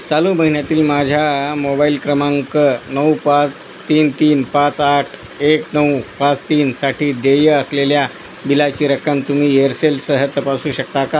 चालू महिन्यातील माझ्या मोबाईल क्रमांक नऊ पाच तीन तीन पाच आठ एक नऊ पाच तीनसाठी देय असलेल्या बिलाची रक्कम तुम्ही एअरसेलसह तपासू शकता का